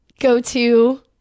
go-to